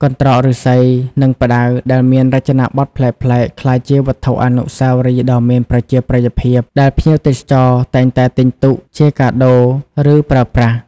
កន្ត្រកឫស្សី និងផ្តៅដែលមានរចនាបថប្លែកៗ ក្លាយជាវត្ថុអនុស្សាវរីយ៍ដ៏មានប្រជាប្រិយភាព ដែលភ្ញៀវទេសចរតែងតែទិញទុកជាកាដូ ឬប្រើប្រាស់។